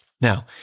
Now